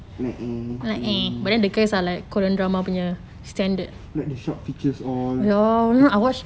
like eh eh like they photoshop features all